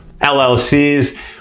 LLCs